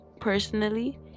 personally